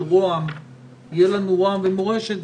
משרד ראש הממשלה יהיו לנו אחד בראש הממשלה ואחד במורשת,